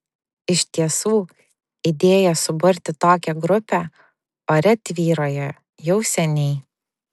iš tiesų idėja suburti tokią grupę ore tvyrojo jau seniai